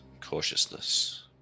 Cautiousness